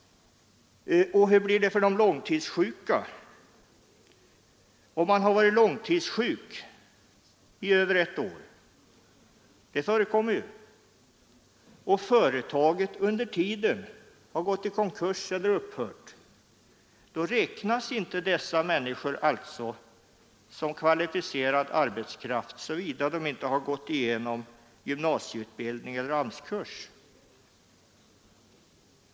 Och hur blir det för de långtidssjuka? Om man har varit långtidssjuk i över ett år — sådant förekommer ju — och företaget under tiden har gått i konkurs eller upphört, räknas man inte som kvalificerad arbetskraft såvida man inte har gått igenom gymnasieutbildning eller AMS-kurs.